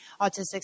autistic